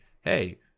hey